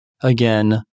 again